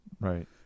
Right